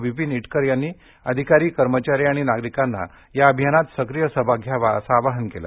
विपीन इटकर यांनी अधिकारी कर्मचारी आणि नागरिकांनी या अभियानात सक्रिय सहभाग घ्यावा असं आवाहन केलं